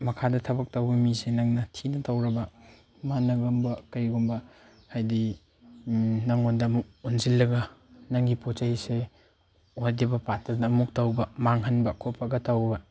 ꯃꯈꯥꯗ ꯊꯕꯛ ꯇꯧꯕ ꯃꯤꯁꯦ ꯅꯪꯅ ꯊꯤꯅ ꯇꯧꯔꯕ ꯃꯥꯅꯒꯨꯝꯕ ꯀꯩꯒꯨꯝꯕ ꯍꯥꯏꯗꯤ ꯅꯪꯉꯣꯟꯗꯃꯨꯛ ꯑꯣꯟꯁꯤꯜꯂꯒ ꯅꯪꯒꯤ ꯄꯣꯠ ꯆꯩꯁꯦ ꯑꯣꯏꯗꯕ ꯄꯥꯗꯅ ꯑꯃꯨꯛ ꯇꯧꯕ ꯃꯥꯡꯍꯟꯕ ꯈꯣꯠꯄꯒ ꯇꯧꯕ